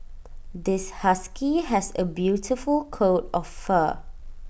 this husky has A beautiful coat of fur